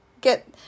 get